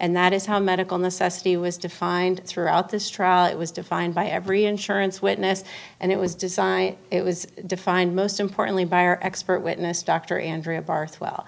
and that is how medical necessity was defined throughout this trial it was defined by every insurance witness and it was designed it was defined most importantly by our expert witness dr andrea barth well